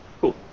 Cool